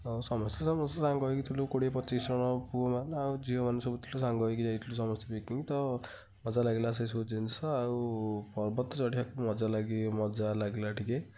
ଆଉ ସମସ୍ତେ ସମସ୍ତେ ସାଙ୍ଗ ହେଇକି ଥିଲୁ କୋଡ଼ିଏ ପଚିଶି ଜଣ ପୁଅମାନେ ଆଉ ଝିଅମାନେ ସବୁ ଥିଲୁ ସାଙ୍ଗ ହେଇକି ଯାଇଥିଲୁ ସମସ୍ତେ ପିକିନିକ୍ ତ ମଜା ଲାଗିଲା ସେ ସବୁ ଜିନିଷ ଆଉ ପର୍ବତ ଚଢ଼ିବାକୁ ମଜା ଲାଗେ ମଜା ଲାଗିଲା ଟିକେ